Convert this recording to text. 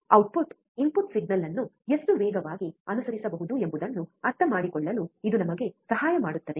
output input signal ಅನ್ನು ಎಷ್ಟು ವೇಗವಾಗಿ ಅನುಸರಿಸಬಹುದು ಎಂಬುದನ್ನು ಅರ್ಥಮಾಡಿಕೊಳ್ಳಲು ಇದು ನಮಗೆ ಸಹಾಯ ಮಾಡುತ್ತದೆ